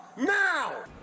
Now